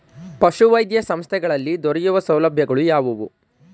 ಪಶುವೈದ್ಯ ಸಂಸ್ಥೆಗಳಲ್ಲಿ ದೊರೆಯುವ ಸೌಲಭ್ಯಗಳು ಯಾವುವು?